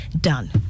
done